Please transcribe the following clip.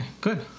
good